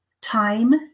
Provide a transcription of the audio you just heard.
time